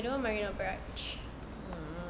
no I don't want marina barrage